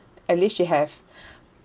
at least she have